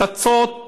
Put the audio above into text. פצצות